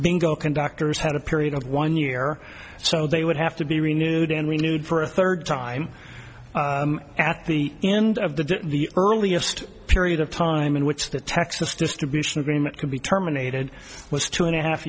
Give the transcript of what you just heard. bingo conductors had a period of one year so they would have to be renewed and renewed for a third time at the end of the the earliest period of time in which the texas distribution agreement could be terminated was two and a half